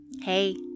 Hey